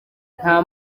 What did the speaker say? nta